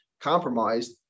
compromised